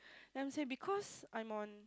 then I say because I'm on